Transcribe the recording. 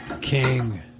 King